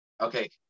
Okay